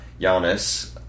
Giannis